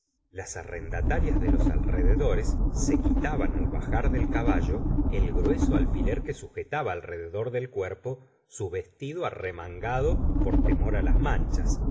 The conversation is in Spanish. las arrendatarias de los alrededores se quitaban al bajar del caballo el grueso alfiler que sujetaba alrededor del cuerpo su vestido arremangado por temor á las manchas